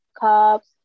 cups